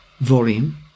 volume